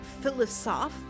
philosoph